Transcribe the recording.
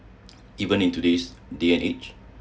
even into this D_N age